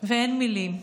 ואין מילים.